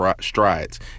strides